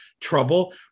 trouble